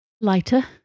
lighter